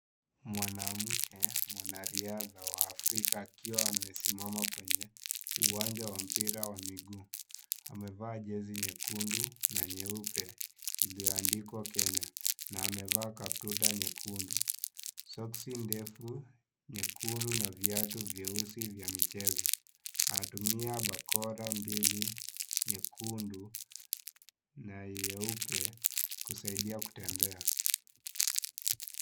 Mwanamke mwanariadha wa Afrika akiwa amesimama kwenye uwanja wa mpira wa miguu amevaa jezi nyekundu na nyeupe iliyoandikwa Kenya na amevaa kaptura nyekundu soksi ndefu nyekundu na viatu vyeusi vya michezo, anatumia bakora mbili nyekundu na nyeupe kusaidia kutembea.